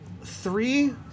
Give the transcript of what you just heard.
three